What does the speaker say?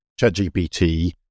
ChatGPT